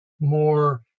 more